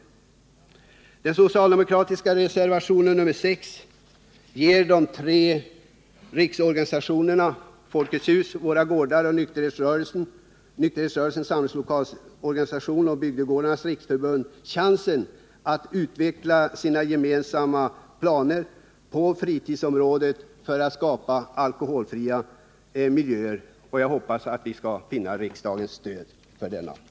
Den socialdemokratiska reservationen nr 6 ger riksorganisationerna folketshusrörelsen, Våra Gårdar, nykterhetsrörelsens samorganisation och Bygdegårdarnas riksförbund chansen att utveckla sina gemensamma planer på fritidsområdet för att skapa alkoholfria miljöer. Jag hoppas att vi skall få riksdagens stöd för denna begäran.